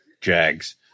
Jags